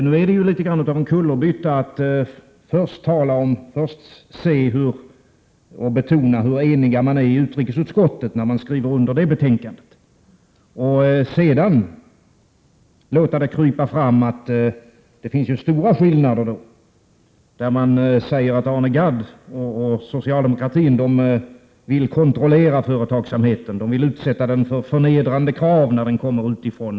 Nu är det ju litet av en kullerbytta att först betona hur eniga utrikesutskottets ledamöter är när de skriver under betänkandet och sedan låta det krypa fram att det finns stora skillnader, t.ex. när man säger att Arne Gadd och socialdemokratin vill kontrollera företagsamheten och utsätta den för förnedrande krav när den kommer utifrån.